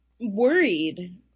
worried